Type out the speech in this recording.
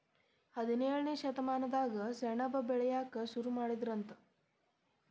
ಹದಿನೇಳನೇ ಶತಮಾನದಾಗ ಸೆಣಬ ಬೆಳಿಯಾಕ ಸುರು ಮಾಡಿದರಂತ